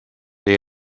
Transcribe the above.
they